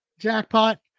jackpot